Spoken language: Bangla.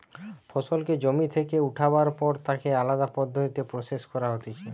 ফসলকে জমি থেকে উঠাবার পর তাকে আলদা পদ্ধতিতে প্রসেস করা হতিছে